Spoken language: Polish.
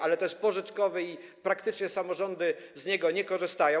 Ale to jest program pożyczkowy i praktycznie samorządy z niego nie korzystają.